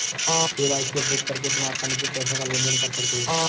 KYC update करके तुम आसानी से पैसों का लेन देन कर सकते हो